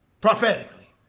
prophetically